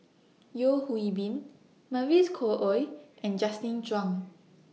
Yeo Hwee Bin Mavis Khoo Oei and Justin Zhuang